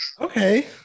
okay